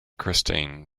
christine